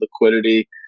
liquidity